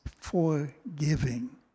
forgiving